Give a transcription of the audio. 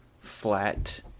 flat